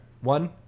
one